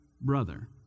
brother